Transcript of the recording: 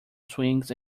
swings